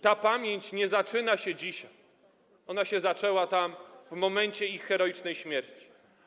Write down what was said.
Ta pamięć nie zaczyna się dzisiaj, ona się zaczęła tam w momencie ich heroicznej śmierci.